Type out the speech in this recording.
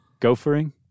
Gophering